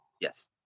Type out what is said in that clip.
Yes